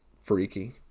freaky